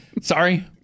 Sorry